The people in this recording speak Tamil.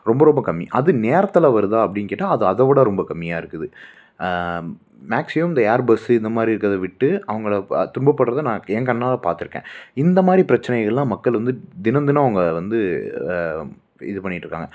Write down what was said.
ரொம்ப ரொம்ப கம்மி அது நேரத்தில் வருதா அப்படின்னு கேட்டால் அது அதை விட ரொம்ப கம்மியாக இருக்குது மேக்ஸிமம் இந்த ஏர் பஸ்ஸு இந்தமாதிரி இருக்கிறத விட்டு அவங்கள துன்பப்படுறத நான் என் கண்ணாலயே பார்த்துருக்கேன் இந்தமாதிரி பிரச்சினைகள்லாம் மக்கள் வந்து தினம் தினம் அவங்க வந்து இது பண்ணிட்டுருக்காங்க